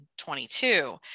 22